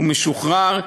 הוא משוחרר,